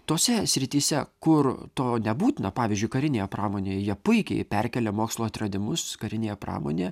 tose srityse kur to nebūtina pavyzdžiui karinėje pramonėj jie puikiai perkelia mokslo atradimus karinėje pramonėje